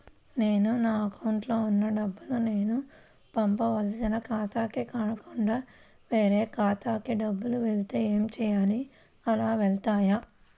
నేను నా అకౌంట్లో వున్న డబ్బులు నేను పంపవలసిన ఖాతాకి కాకుండా వేరే ఖాతాకు డబ్బులు వెళ్తే ఏంచేయాలి? అలా వెళ్తాయా?